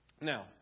Now